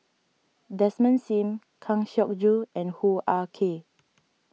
Desmond Sim Kang Siong Joo and Hoo Ah Kay